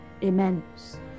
...immense